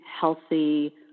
healthy